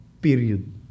period